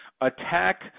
attack